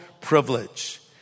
privilege